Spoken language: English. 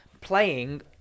playing